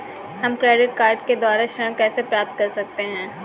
हम credit card के द्वारा ऋण कैसे प्राप्त कर सकते हैं?